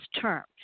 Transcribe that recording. term